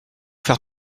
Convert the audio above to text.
faire